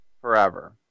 forever